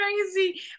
crazy